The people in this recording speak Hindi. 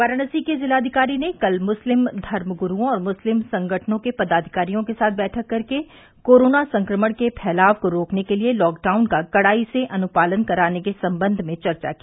वाराणसी के जिलाधिकारी ने कल मुस्लिम धर्मगुरूओं और मुस्लिम संगठनों के पदाधिकारियों के साथ बैठक करके कोरोना संक्रमण के फैलाव को रोकने के लिए लॉकडाउन का कड़ाई से अनुपालन कराने के संबंध में चर्चा की